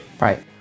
Right